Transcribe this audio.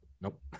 Nope